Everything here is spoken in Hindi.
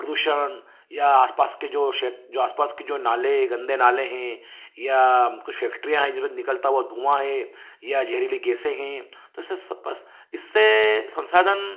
प्रदूषण या आसपास के जो क्षे जो आसपास के जो नाले गंदे नाले हैं या कुछ फैक्ट्रियाँ हैं जिनमें निकलता हुआ धुआँ है या जहरीली गैसे हैं तो इस परस इससे संसाधन